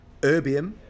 Erbium